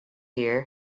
hear